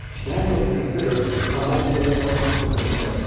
daniel's considered a multi-billionaire entrepreneur.